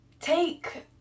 take